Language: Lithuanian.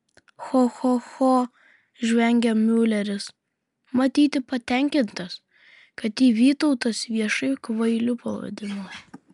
cho cho cho žvengė miuleris matyti patenkintas kad jį vytautas viešai kvailiu pavadino